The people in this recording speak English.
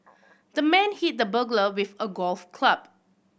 the man hit the burglar with a golf club